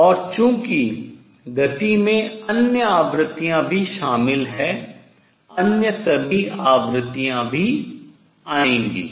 और चूंकि गति में अन्य आवृत्तियां भी शामिल हैं अन्य सभी आवृत्तियां भी आएंगी